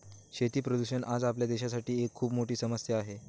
शेती प्रदूषण आज आपल्या देशासाठी एक खूप मोठी समस्या आहे